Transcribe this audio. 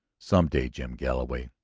some day, jim galloway,